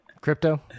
Crypto